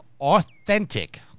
authentic